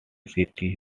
city